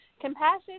compassion